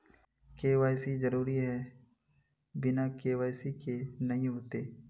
KYC जरुरी है बिना के.वाई.सी के नहीं होते?